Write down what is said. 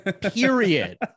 Period